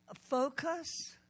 Focus